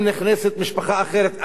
אם נכנסת משפחה אחרת,